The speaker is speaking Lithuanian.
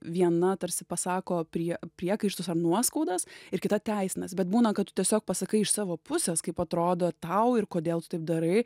viena tarsi pasako prie priekaištus ar nuoskaudas ir kita teisinas bet būna kad tiesiog pasakai iš savo pusės kaip atrodo tau ir kodėl taip darai